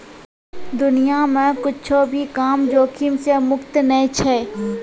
दुनिया मे कुच्छो भी काम जोखिम से मुक्त नै छै